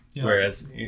Whereas